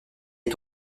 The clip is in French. est